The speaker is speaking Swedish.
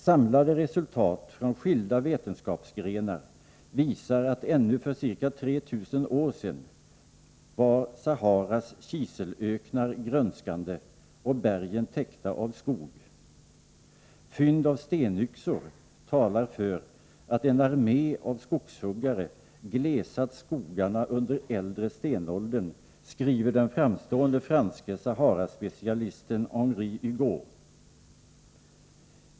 Samlade resultat från skilda vetenskapsgrenar visar att ännu för ca 3 000 år sedan var Saharas kiselöknar grönskande och bergen täckta av skog. Fynd av stenyxor talar för att en armé av skogshuggare glesat skogarna under äldre stenåldern, skriver den framstående franske Saharaspecialisten Henri Hugo.